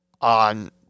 on